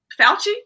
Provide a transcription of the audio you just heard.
fauci